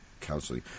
counseling